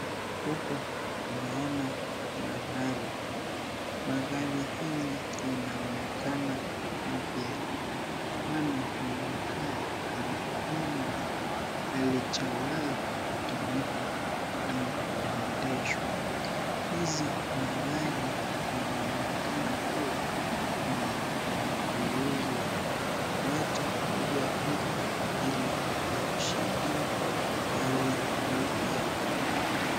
Huku tunaona magari, magari hizi zinaonekana mpya kwani zinakaa kana kwamba halijawahi kutumika au kuendeshwa. Hizi magari linaonekana kuwa ni ya kuuzwa, watu huja huku ili wajishindie gari mpya.